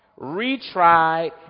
retried